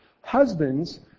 Husbands